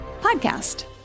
podcast